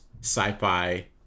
sci-fi